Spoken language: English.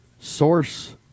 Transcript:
Source